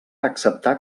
acceptar